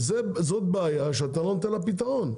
זאת בעיה שאתה לא נותן לה פתרון,